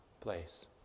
place